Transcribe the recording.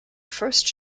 first